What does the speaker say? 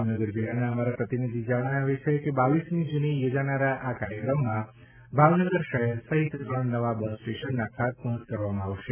ભાવનગર જિલ્લાના અમારા પ્રતિનિધિ જણાવે છે કે બાવીસમી જૂને યોજાનારા એક કાર્યક્રમમાં ભાવનગર શહેર સહિત ત્રણ નવા બસ સ્ટેશનના ખાતમુહર્ત કરવામાં આવશે